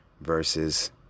versus